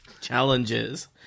challenges